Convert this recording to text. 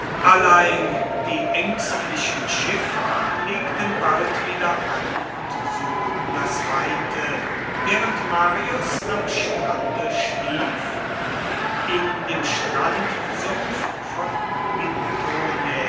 allein die ängstlichen schiffer legten bald wieder an und suchten das weite während marius am strande schlief in dem strandsumpf von